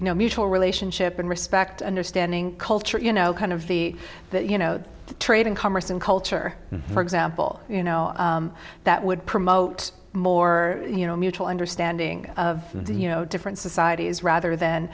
you know mutual relationship and respect understanding culture you know kind of the you know trade and commerce and culture for example you know that would promote more you know mutual understanding of the you know different societies rather than